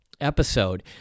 episode